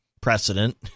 precedent